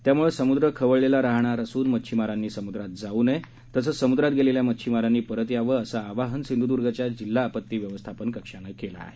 यामुळे समुद्र खबळलेला राहणार असून मच्छिमारांनी समुद्रात जाऊ नये तसेच समुद्रात गेलेल्या मच्छिमारांनी परत यावे असे आवाहन सिंधुदुर्गच्या जिल्हा आपत्ती व्यवस्थापन कक्षाने केलं आहे